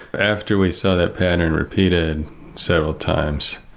after we saw that pattern repeated several times,